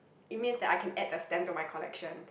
it means that I can add the stamp to my collection